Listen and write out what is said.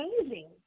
amazing